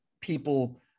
People